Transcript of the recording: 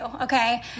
okay